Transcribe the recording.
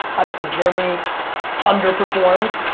obviously germany under performed.